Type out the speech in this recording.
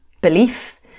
belief